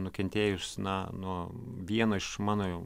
nukentėjus na nuo vieno iš mano jau